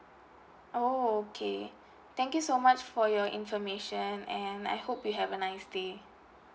oh okay thank you so much for your information and I hope you have a nice day